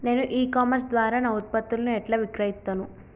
నేను ecommerce ద్వారా నా ఉత్పత్తులను ఎట్లా విక్రయిత్తను?